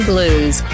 Blues